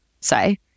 say